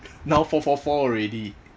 now four four four already